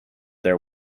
their